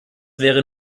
wäre